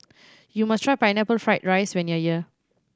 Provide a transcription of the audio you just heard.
you must try Pineapple Fried rice when you are here